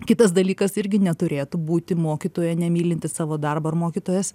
kitas dalykas irgi neturėtų būti mokytoja nemylinti savo darbą ar mokytojas